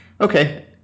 Okay